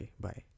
Bye